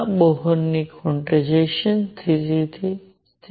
આ બોહરની ક્વાન્ટાઇઝેશન સ્થિતિ છે